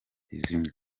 izindi